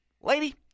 Lady